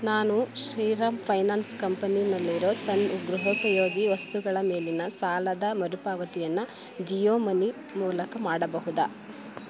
ನಾನು ಶ್ರೀರಾಮ್ ಫೈನಾನ್ಸ್ ಕಂಪನಿಯಲ್ಲಿರೋ ಸಣ್ಣ ಗೃಹೋಪಯೋಗಿ ವಸ್ತುಗಳ ಮೇಲಿನ ಸಾಲದ ಮರುಪಾವತಿಯನ್ನು ಜಿಯೋ ಮನಿ ಮೂಲಕ ಮಾಡಬಹುದಾ